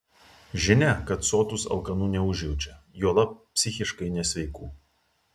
žinia kad sotūs alkanų neužjaučia juolab psichiškai nesveikų